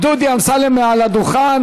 ביטול האיסור המוטל על המשטרה למסור לפרקליטות